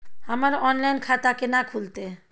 हमर ऑनलाइन खाता केना खुलते?